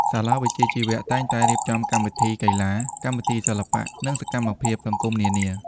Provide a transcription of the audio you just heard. សាលាវិជ្ជាជីវៈតែងតែរៀបចំកម្មវិធីកីឡា កម្មវិធីសិល្បៈ និងសកម្មភាពសង្គមនានា។